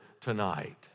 tonight